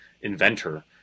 inventor